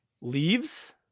leaves